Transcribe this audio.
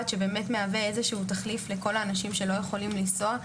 שבאמת מהווה איזשהו תחליף לכל האנשים שלא יכולים לנסוע,